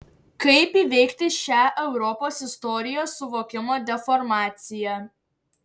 kaip įveikti šią europos istorijos suvokimo deformaciją